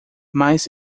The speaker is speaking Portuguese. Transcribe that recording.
mas